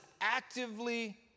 actively